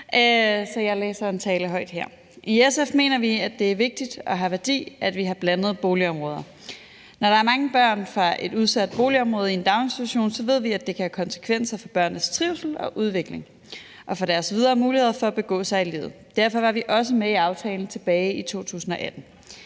Så jeg læser en tale højt her. I SF mener vi, at det er vigtigt og har værdi, at vi har blandede boligområder. Når der er mange børn fra et udsat boligområde i en daginstitution, ved vi at det kan have konsekvenser for børnenes trivsel og udvikling og for deres videre muligheder for at begå sig i livet. Derfor var vi også med i aftalen tilbage i 2018.